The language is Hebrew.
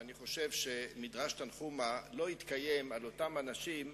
ואני חושב שמדרש תנחומא לא התקיים על אותם אנשים,